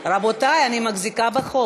מה זה לא הוגשו, רבותי, אני מחזיקה בחוק.